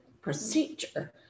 procedure